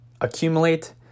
accumulate